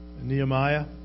Nehemiah